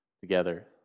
together